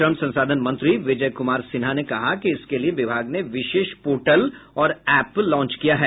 श्रम संसाधन मंत्री विजय कुमार सिन्हा ने कहा कि इसके लिए विभाग ने विशेष पोर्टर्ल और एप्प लांच किया है